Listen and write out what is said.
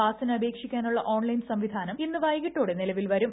പാസിന് അപേക്ഷിക്കാനുള്ള ഓൺലൈൻ സംവിധാനം ഇന്ന് വൈകിട്ടോടെ നിലവിൽ വരും